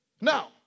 Now